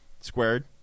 squared